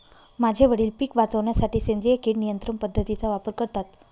माझे वडील पिक वाचवण्यासाठी सेंद्रिय किड नियंत्रण पद्धतीचा वापर करतात